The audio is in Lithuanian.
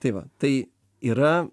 tai va tai yra